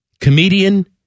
comedian